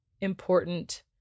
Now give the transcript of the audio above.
important